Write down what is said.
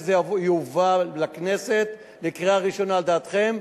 שזה יובא לכנסת לקריאה ראשונה על דעתכם?